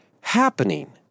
happening